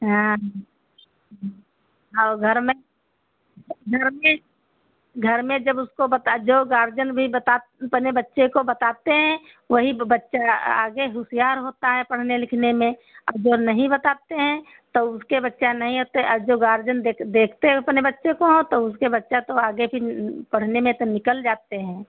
हाँ और घर में घर में घर में जब उसको बता जो गार्जियन भी बता अपने बच्चे को बताते हैं वही बच्चा आगे होशियार होता है पढ़ने लिखने में और जो नहीं बताते हैं तओ उसके बच्चा नहीं होते और जो गार्जियन देख देखते हैं अपने बच्चे को हाँ तो उसके बच्चा तो आगे फिर पढ़ने में तो निकल जाते हैं